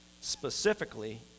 Specifically